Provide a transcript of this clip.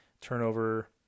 turnover